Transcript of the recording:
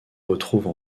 retrouve